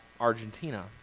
Argentina